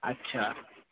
আচ্ছা